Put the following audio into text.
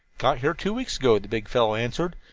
got here two weeks ago, the big fellow answered.